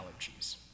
allergies